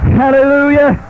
hallelujah